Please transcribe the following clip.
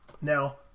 Now